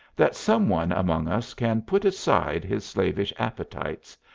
that some one among us can put aside his slavish appetites,